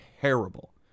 Terrible